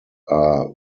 are